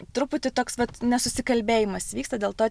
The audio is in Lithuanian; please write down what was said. truputį toks vat nesusikalbėjimas vyksta dėl to